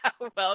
Welcome